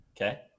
okay